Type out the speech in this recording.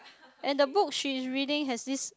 and the book she is reading has this